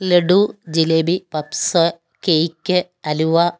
laddu jalebi puffs cake halwa